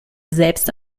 selbst